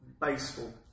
baseball